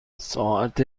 ساعت